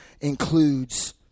includes